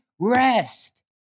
rest